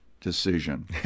decision